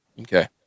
Okay